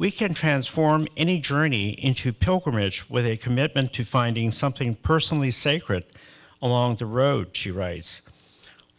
we can transform any journey into pilgrimage with a commitment to finding something personally sacred along the road she writes